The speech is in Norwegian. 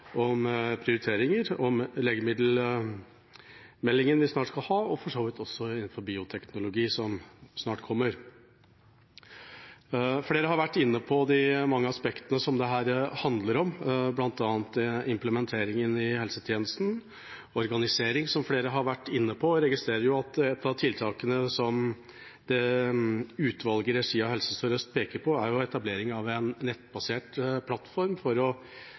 om prioriteringer, om legemiddelmeldingen vi snart skal ha, og for så vidt også innenfor bioteknologi, som snart kommer. Flere har vært inne på de mange aspektene som dette handler om, bl.a. implementeringen i helsetjenesten, organisering, som flere har vært inne på. Jeg registrerer at et av tiltakene som dette utvalget, i regi av Helse Sør-Øst, peker på, er etablering av en nettbasert plattform for